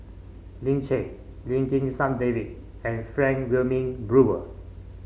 Lin Chen Lim Kim San David and Frank Wilmin Brewer